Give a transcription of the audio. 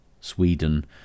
Sweden